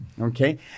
Okay